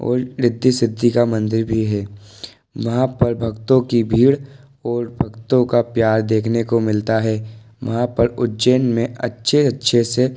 और रिद्धि सिद्धि का मंदिर भी है वहाँ पर भक्तों की भीड़ और भक्तों का प्यार देखने को मिलता है वहाँ पर उज्जैन में अच्छे अच्छे से